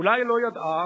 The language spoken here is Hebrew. אולי לא ידעה,